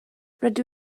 rydw